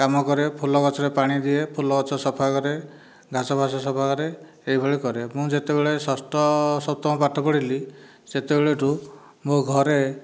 କାମ କରେ ଫୁଲ ଗଛରେ ପାଣି ଦିଏ ଫୁଲ ଗଛ ସଫା କରେ ଘାସ ଫାସ ସଫା କରେ ଏଭଳି କରେ ମୁଁ ଯେତେବେଳେ ଷଷ୍ଠ ସପ୍ତମ ପାଠ ପଢ଼ିଲି ସେତେବେଳେଠୁ ମୋ ଘରେ